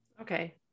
Okay